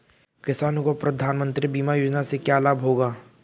किसानों को प्रधानमंत्री बीमा योजना से क्या लाभ होगा?